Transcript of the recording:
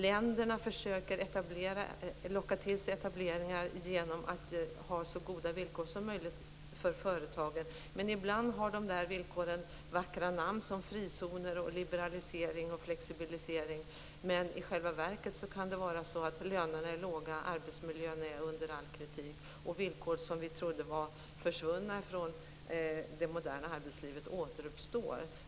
Länderna försöker locka till sig etableringar genom så goda villkor som möjligt för företagen. Ibland har de villkoren vackra namn, som frizoner, liberalisering och flexibilisering, men i själva verket kan lönerna vara låga och arbetsmiljön under all kritik. Villkor som vi trodde var försvunna från det moderna arbetslivet återuppstår.